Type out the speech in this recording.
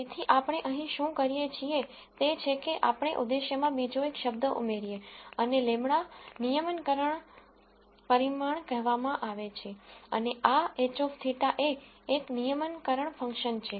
તેથી આપણે અહીં શું કરીએ છીએ તે છે કે આપણે ઉદ્દેશ્યમાં બીજો શબ્દ ઉમેરીએ અને λ નિયમનકરણ પરિમાણ કહેવામાં આવે છે અને આ h θ એ એક રેગ્યુલરાઇઝેશન ફંક્શન છે